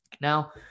Now